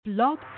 Blog